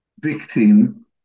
victim